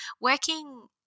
working